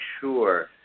sure